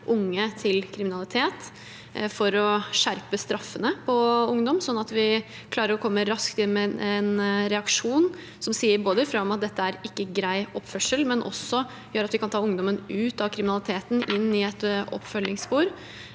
unge til kriminalitet og å skjerpe straffene for ungdom, sånn at vi klarer å komme raskt inn med en reaksjon som både sier fra om at dette ikke er grei oppførsel, og som også gjør at vi kan ta ungdommen ut av kriminaliteten og inn i et oppfølgingsspor.